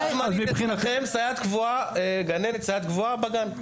מבחינתכם סייעת קבועה בגן.